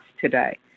today